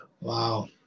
Wow